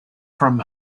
from